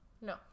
no